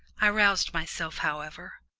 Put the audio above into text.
i roused myself, however.